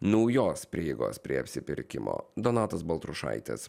naujos prieigos prie apsipirkimo donatas baltrušaitis